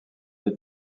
les